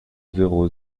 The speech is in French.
zéro